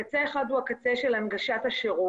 קצה אחד הוא קצה של הנגשת השירות